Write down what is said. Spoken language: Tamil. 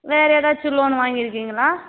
வேறு ஏதாச்சும் லோன் வாங்கிருக்கீங்களா